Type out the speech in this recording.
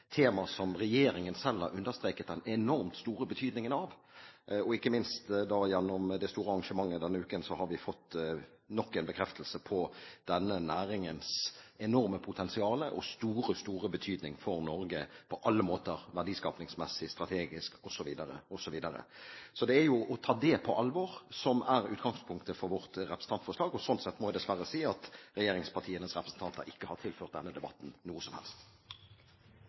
tema som regjeringen selv har understreket den enormt store betydningen av. Ikke minst gjennom det store arrangementet denne uken har vi fått nok en bekreftelse på denne næringens enorme potensial og store, store betydning for Norge på alle måter – verdiskapingsmessig, strategisk, osv. osv. Det er å ta det på alvor som er utgangspunktet for vårt representantforslag. Sånn sett må jeg dessverre si at regjeringspartienes representanter ikke har tilført denne debatten noe som helst.